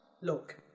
Look